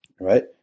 right